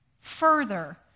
further